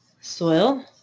soil